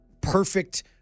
perfect